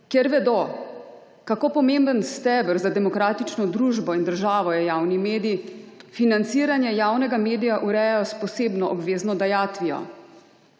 kjer vedo, kako pomemben steber za demokratično družbo in državo je javni medij, financiranje javnega medija urejajo s posebno obvezno dajatvijo.